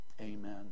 Amen